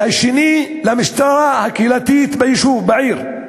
והשני של המשטרה הקהילתית ביישוב, בעיר.